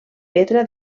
pedra